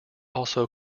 also